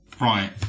right